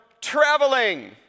traveling